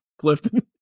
Clifton